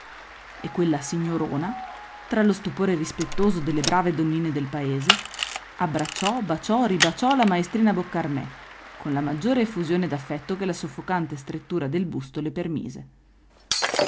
mai e quella signorona tra lo stupore rispettoso delle brave donnine del paese abbracciò baciò ribaciò la maestrina boccarmè con la maggiore effusione d'affetto che la soffocante strettura del busto le permise